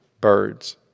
birds